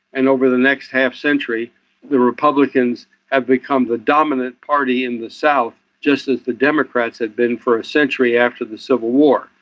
and over the next half century the republicans have become the dominant party in the south, just as the democrats had been for a century after the civil war.